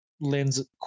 lends